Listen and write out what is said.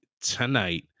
tonight